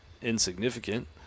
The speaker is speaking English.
insignificant